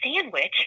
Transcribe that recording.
sandwich